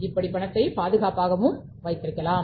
இப்படி பணத்தை பாதுகாப்பாக வைத்திருக்கலாம்